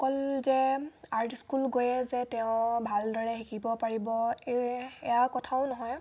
অকল যে art school গৈয়ে যে তেওঁ ভালদৰে শিকিব পাৰিব সেয়ে এয়া কথাও নহয়